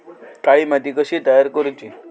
काळी माती कशी तयार करूची?